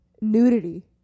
nudity